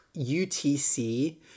UTC